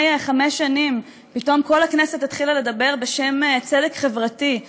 חמש שנים פתאום כל הכנסת התחילה לדבר בשם צדק חברתי,